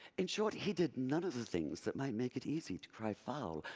in short, he did none of the things that might make it easy to cry foul,